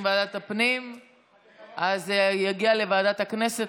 התשפ"א 2020, לוועדה שתקבע ועדת הכנסת